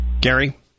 Gary